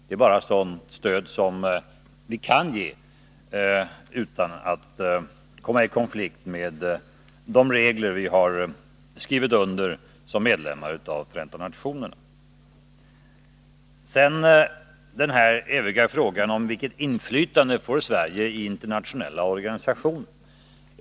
Det är den typ av stöd vi kan ge utan att komma i konflikt med de regler vi har skrivit under som medlemmar i Förenta nationerna. Så till den eviga frågan om vilket inflytande Sverige får i internationella organisationer.